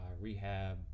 rehab